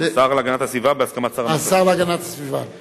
השר להגנת הסביבה בהסכמת שר המשפטים.